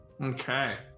okay